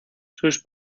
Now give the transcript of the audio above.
sus